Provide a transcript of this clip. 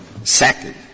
Second